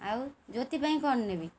ଆଉ ଜ୍ୟୋତି ପାଇଁ କ'ଣ ନେବି